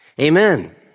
Amen